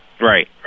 Right